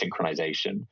synchronization